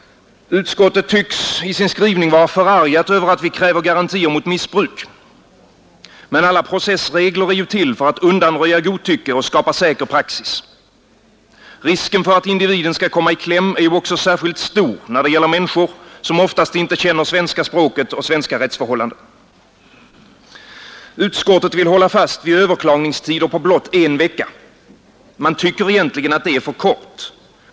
Utskottet tycks i sin skrivning vara förargat över att vi kräver garantier mot missbruk. Men alla processregler är ju till för att undanröja godtycke och skapa säker praxis. Risken för att individen skall komma i kläm är ju också särskilt stor när det gäller människor som oftast inte känner svenska språket och svenska förhållanden. Utskottet vill hålla fast vid överklagningstider på blott en vecka. Man tycker egentligen att det är för kort tid.